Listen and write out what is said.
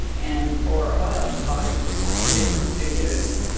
and for a while taught in bikram studios.